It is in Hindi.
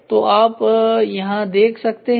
तो आप यहां देख सकते हैं